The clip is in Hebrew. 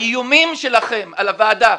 האיומים שלכם על הוועדה,